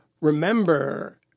Remember